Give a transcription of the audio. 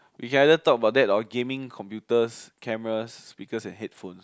we can either talk about that or gaming computers cameras speakers and headphones